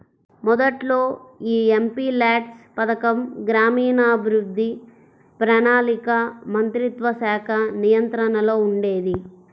మొదట్లో యీ ఎంపీల్యాడ్స్ పథకం గ్రామీణాభివృద్ధి, ప్రణాళికా మంత్రిత్వశాఖ నియంత్రణలో ఉండేది